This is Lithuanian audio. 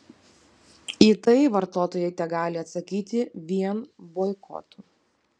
į tai vartotojai tegali atsakyti vien boikotu